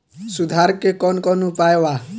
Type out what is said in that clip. सुधार के कौन कौन उपाय वा?